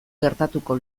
gertatuko